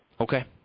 Okay